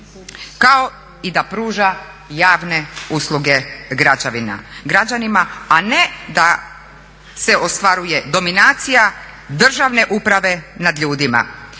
kao i da pruža javne usluge građanima, a ne da se ostvaruje dominacija državne uprave nad ljudima.